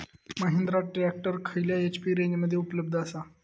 Mahindra tractor खयल्या HP रेंजमध्ये उपलब्ध आसा?